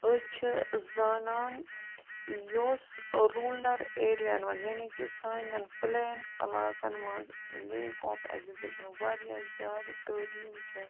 أسۍ چھِ زانان یۄس روٗولَر ایریاہَن مَنٛز یعنی کہِ سانٮ۪ن پُلین علاقَن مَنٛز لیک آف ایجوٗکیشَن واریاہ زیادٕ تٲلیٖم چھےٚ